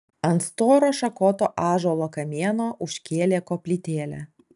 ant storo šakoto ąžuolo kamieno užkėlė koplytėlę